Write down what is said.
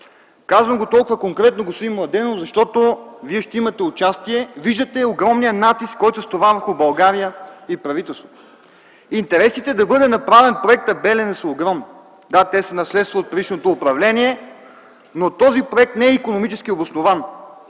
Казвам го толкова конкретно, господин Младенов, защото Вие ще имате участие. Виждате огромния натиск, който се стоварва върху България и правителството. Интересите да бъде направен проектът Белене са огромни, Да, те са наследство от предишното управление. Но този проект не е икономически обоснован.